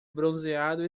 bronzeado